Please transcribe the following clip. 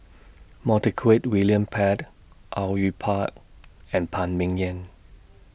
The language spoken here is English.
William Pett Au Yue Pak and Phan Ming Yen